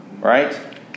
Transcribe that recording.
right